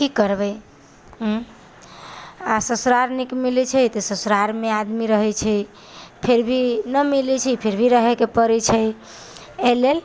की करबै आ ससुरार नीक मिलै छै तऽ ससुरारमे आदमी रहै छै फिर भी ना मिलै छै फिर भी रहयके पड़ै छै एहिलेल